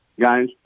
guys